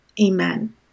amen